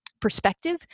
perspective